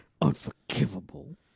Unforgivable